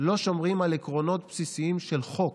לא שומרים על עקרונות בסיסיים של חוק,